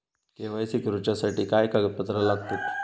KYC करूच्यासाठी काय कागदपत्रा लागतत?